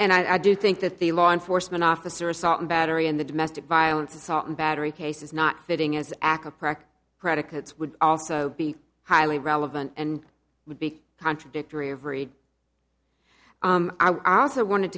and i do think that the law enforcement officer assault and battery in the domestic violence assault and battery case is not fitting as aca prac predicates would also be highly relevant and would be contradictory of read i also wanted